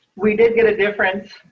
we did get a difference.